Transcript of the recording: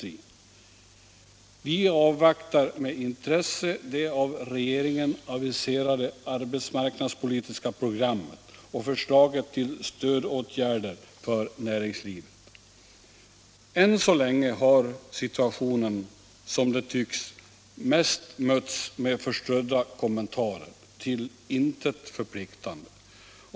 Vi avvaktar med intresse det av regeringen aviserade arbetsmarknadspolitiska programmet och förslaget till stödåtgärder för näringslivet. Än så länge tycks situationen ha mötts med förströdda kommentarer, till intet förpliktande.